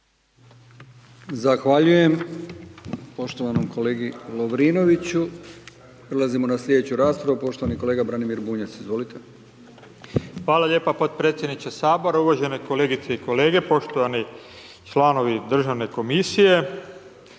Zahvaljujem, poštovanom kolegi Lovrinoviću. Prelazimo na sljedeću raspravu poštovani kolega Branimir Bunjac. Izvolite. **Bunjac, Branimir (Živi zid)** Hvala lijepa potpredsjedniče Sabora, uvažene kolegice i kolege, poštovani članovi državne komisije.